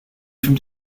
from